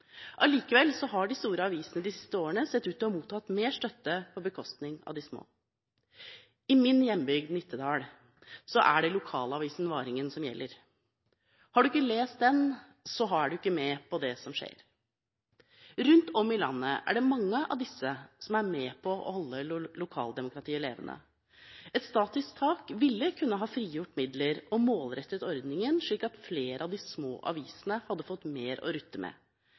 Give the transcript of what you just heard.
Allikevel har de store avisene de siste årene sett ut til å ha mottatt mer støtte, på bekostning av de små. I min hjembygd, Nittedal, er det lokalavisen Varingen som gjelder. Har en ikke lest den, er en ikke med på det som skjer. Rundt om i landet er det mange slike som er med på å holde lokaldemokratiet levende. Et statisk tak ville kunne ha frigjort midler og målrettet ordningen, slik at flere av de små avisene hadde fått mer å rutte med.